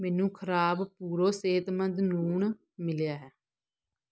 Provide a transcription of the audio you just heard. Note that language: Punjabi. ਮੈਨੂੰ ਖ਼ਰਾਬ ਪੂਰੋ ਸਿਹਤਮੰਦ ਲੂਣ ਮਿਲਿਆ ਹੈ